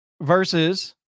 versus